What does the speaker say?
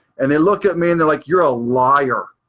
and they look at me and they're like, you're a liar.